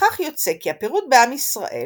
לפיכך יוצא כי הפירוד בעם ישראל